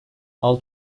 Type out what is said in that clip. all